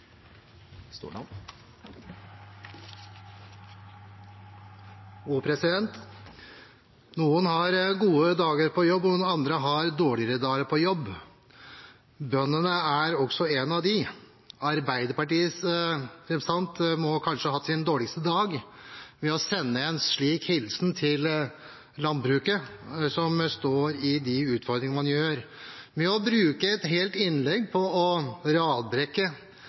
gode dager på jobb og andre har dårligere dager på jobb. Bøndene er også en av dem. Arbeiderpartiets representant må kanskje ha hatt sin dårligste dag med å sende en slik hilsen til landbruket, som står i de utfordringer man gjør, med å bruke et helt innlegg på å radbrekke